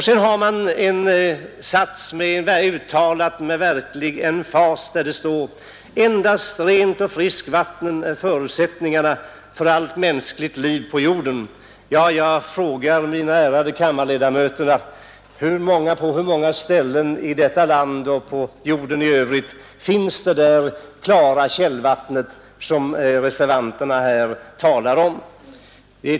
Sedan följer en sats, uttalad med verklig emfas, som lyder: ”Ett rent och friskt vatten är förutsättningen för allt mänskligt liv på jorden.” Ja, jag frågar de ärade kammarledamöterna: På hur många ställen i detta land och på jorden i övrigt finns det klara källvatten som reservanterna här talar om?